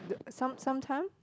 some sometime